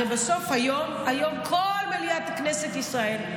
הרי בסוף היום פה כל מליאת כנסת ישראל,